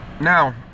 now